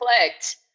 clicked